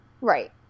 Right